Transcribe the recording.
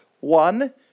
One